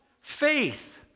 faith